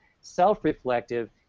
self-reflective